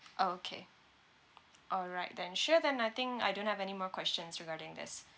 okay all right then sure then I think I don't have anymore questions regarding this